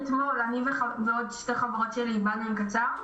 אני ועוד שתי חברות שלי באנו עם מכנסיים קצרים,